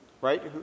right